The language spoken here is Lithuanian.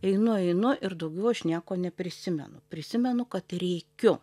einu einu ir daugiau aš nieko neprisimenu prisimenu kad rėkiu